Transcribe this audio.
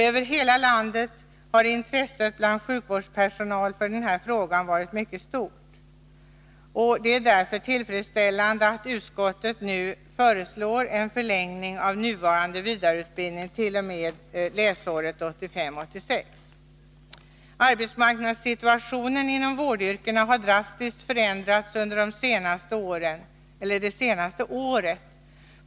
Över hela landet har intresset bland sjukvårdspersonal för denna fråga varit mycket stort. Det är därför tillfredsställande att utskottet nu föreslår en förlängning av nuvarande vidareutbildning t.o.m. läsåret 1985/86. Arbetsmarknadssituationen inom vårdyrkena har drastiskt förändrats under det senaste året.